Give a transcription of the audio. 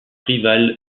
rival